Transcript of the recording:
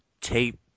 tape